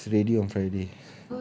my bike is ready on friday